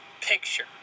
Picture